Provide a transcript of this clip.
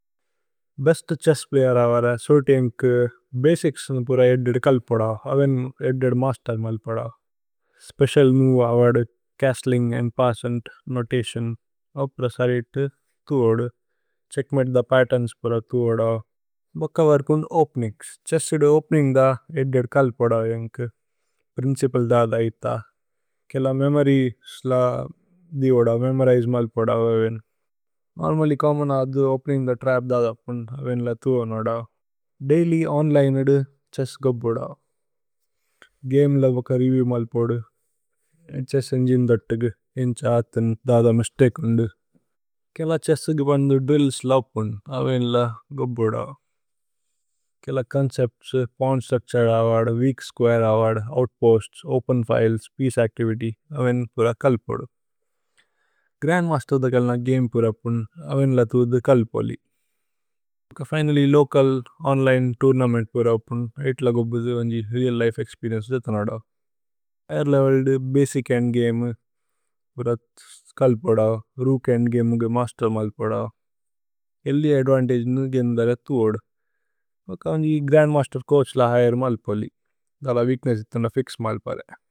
Best chess players അവരേ സുരുതി ഏന്കു ഭസിച്സ് ന। പുര ഏദ്ദേദ് കല് പോദ അവേന് ഏദ്ദേദ് മസ്തേര് മല് പോദ। സ്പേചിഅല് മോവേ അവദു ഛസ്ത്ലിന്ഗ് ഇമ്പസ്സന്ത് നോതതിഓന്। ഓപ്ര സരിത് തു ഓദു ഛ്ഹേച്ക്മതേ ന പത്തേര്ന്സ് പുര തു। ഓദു ഭക വര്കുന് ഓപേനിന്ഗ്സ് ഛ്ഹേസ്സ് ഏദ്ദു ഓപേനിന്ഗ് ദ। ഏദ്ദേദ് കല് പോദ ഏന്കു പ്രിന്ചിപ്ലേ ദാദ ഐഥ കേല। മേമോരിഏസ് ല ദി ഓദു മേമോരിജേ മല് പോദ അവേന് നോര്മല്ല്യ്। ചോമ്മോന് ആദു ഛ്ഹേസ്സ് ഏദ്ദു ഓപേനിന്ഗ് ദ ത്രപ് ദാദ। അപ്പുന് അവേന് ല തു ഓദു ദൈല്യ് ഓന്ലിനേ ഏദ്ദു ഛ്ഹേസ്സ്। ഗോബോ ദ ഗമേ ല വക രേവിഏവ് മല് പോദു ഛ്ഹേസ്സ് ഏന്ഗിനേ। ഥത്തുഗു ഏന്ഛ ആഥേന് ദാദ മിസ്തകേ ഉന്ദു കേല ഛേസ്സ്। ഏഗ്ദു ബന്ദു ദ്രില്ല്സ് ല ഉപ്പുന് അവേന് ല ഗോബോ ദ കേല। ചോന്ചേപ്ത്സ് പവ്ന് സ്ത്രുച്തുരേ അവദു വേഅക് സ്കുഅരേ അവദുവ്। Outposts open files piece activity അവേന് പുര കല്। പോദു ഗ്രന്ദ്മസ്തേര് ദ കല് ന ഗമേ പുര അപ്പുന് അവേന്। ല തു ഓദു കല് പോദി ഭക ഫിനല്ല്യ് ലോചല് ഓന്ലിനേ। തോഉര്നമേന്ത് പുര അപ്പുന് ഐഥ ല ഗോബോ ദ വന്ജി രേഅല്। Life experience ജഥന് ഓദ higher ലേവേലേദ് basic. ഏന്ദ്ഗമേ പുര കല് പോദ രൂക് ഏന്ദ്ഗമേ। ഉന്കേ മസ്തേര് മല് പോദ ഏല്ദി അദ്വന്തഗേ നു ഗേന്ദല। തു ഓദു വക വന്ജി ഗ്രന്ദ്മസ്തേര് ചോഅഛ് ല ഹിഘേര്। മല് പോദി ദല വേഅക്നേസ്സ് ഇത്ന ഫിക്സ് മല് പരേ।